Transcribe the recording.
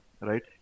right